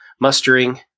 mustering